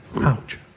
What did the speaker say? Ouch